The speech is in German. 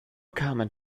carmen